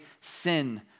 sin